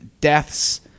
deaths